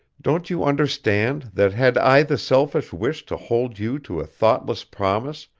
don't you understand that had i the selfish wish to hold you to a thoughtless promise,